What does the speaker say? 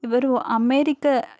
ಇವರು ಅಮೇರಿಕ